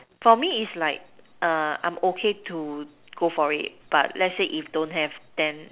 for me it's like I'm okay to go for it but let's say if don't have then